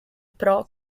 pro